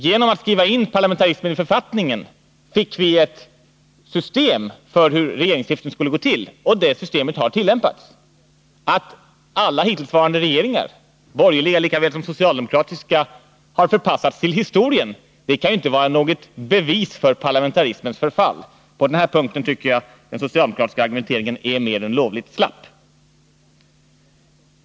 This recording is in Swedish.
Genom att skriva in parlamentarismen i författningen fick vi ett system för hur regeringsskiften skall gå till, och det systemet har nu tillämpats flera gånger. Att alla hittillsvarande regeringar, borgerliga lika väl som socialdemokratiska, har förpassats till historien kan inte vara ett bevis för parlamentarismens förfall. På den här punkten tycker jag att den socialdemokratiska argumenteringen är mer än lovligt slapp.